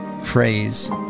phrase